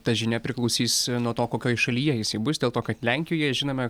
ta žinia priklausys nuo to kokioj šalyje jisai bus dėl to kad lenkijoje žinome